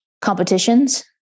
competitions